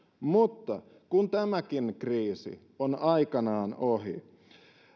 mutta kun tämäkin kriisi on aikanaan ohi